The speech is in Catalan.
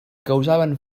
causaven